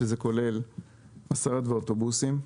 שזה כולל משאיות ואוטובוסים.